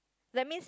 that means